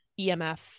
EMF